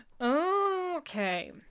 Okay